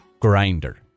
grinder